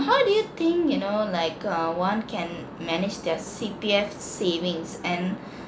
how do you think you know like uh one can manage their C_P_F savings and